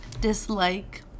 dislike